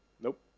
Nope